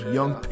Young